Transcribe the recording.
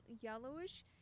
Yellowish